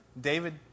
David